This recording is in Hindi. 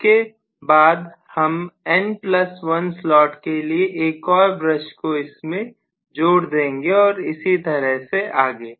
इसके बाद हम N1 स्लॉट के लिए एक और ब्रश को इसमें जोड़ देंगे और इसी तरह से आगे